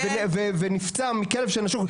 ונפצע מכלב שנשך,